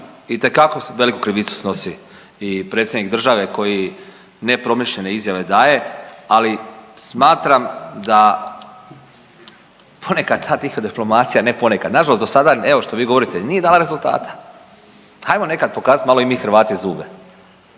itekako veliku krivicu snosi i predsjednik države koji nepromišljene izjave daje, ali smatram da ponekad ta tiha diplomacija, ne ponekad, nažalost dosada evo što vi govorite nije dala rezultata, ajmo nekad pokazat malo i mi Hrvati zube,